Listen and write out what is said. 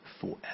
forever